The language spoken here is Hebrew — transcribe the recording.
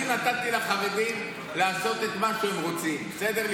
אני נתתי לחרדים לעשות מה שהם רוצים, בסדר?